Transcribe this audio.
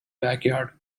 backyard